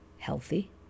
healthy